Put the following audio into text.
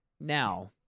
Now